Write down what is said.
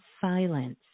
silence